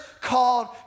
called